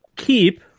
keep